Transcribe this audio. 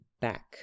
back